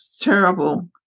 terrible